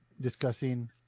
discussing